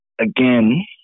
again